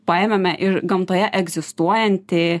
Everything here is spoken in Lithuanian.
paėmėme ir gamtoje egzistuojantį